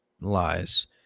lies